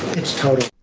it's total.